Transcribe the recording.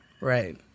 right